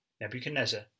Nebuchadnezzar